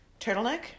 turtleneck